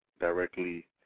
directly